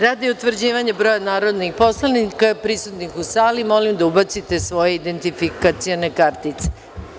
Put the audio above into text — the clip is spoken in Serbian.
Radi utvrđivanja broja narodnih poslanika prisutnih u sali, molim vas da ubacite svoje identifikacione kartice.